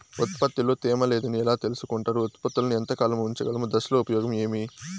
ఉత్పత్తి లో తేమ లేదని ఎలా తెలుసుకొంటారు ఉత్పత్తులను ఎంత కాలము ఉంచగలము దశలు ఉపయోగం ఏమి?